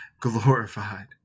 glorified